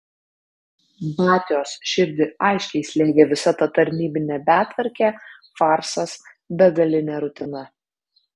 batios širdį aiškiai slėgė visa ta tarnybinė betvarkė farsas begalinė rutina